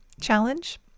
challenge